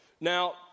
Now